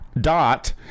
dot